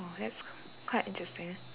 oh that's quite interesting